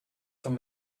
from